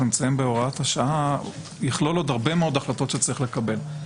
נמצאים בהוראת השעה - יכלול עוד הרבה מאוד החלטות שצריך לקבל.